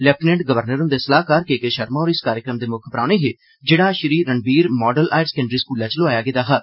lieutenant governor हुंदे सलाह्कार के के शर्मा होर इस कार्यक्रम दे मुक्ख परौहने हे जेहड़ा Shri Ranbir model higher secondary स्कूललै च लोआया गेदा हा